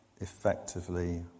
effectively